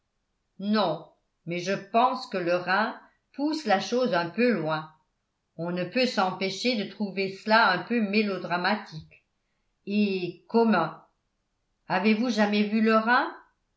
non mais je pense que le rhin pousse la chose un peu loin on ne peut s'empêcher de trouver cela un peu mélodramatique et commun avez-vous jamais vu le rhin